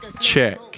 check